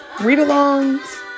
read-alongs